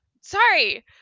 Sorry